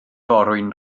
forwyn